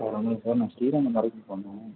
ஆமாம் சார் நான் ஸ்ரீரங்கம் வரைக்கும் போகணும்